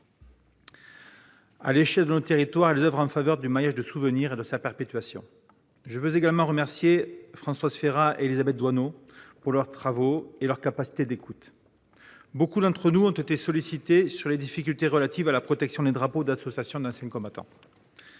À l'échelle de nos territoires, elles oeuvrent en faveur d'un maillage de la perpétuation du souvenir. Je veux remercier à mon tour François Férat et Élisabeth Doineau pour leurs travaux et leur capacité d'écoute. Beaucoup d'entre nous ont été sollicités à propos des difficultés relatives à la protection des drapeaux d'associations d'anciens combattants.